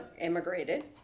Immigrated